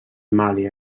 mali